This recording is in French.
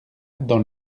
dans